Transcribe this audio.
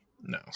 no